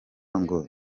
ngo